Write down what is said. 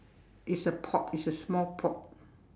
it's a pot it's a small pot